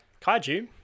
Kaiju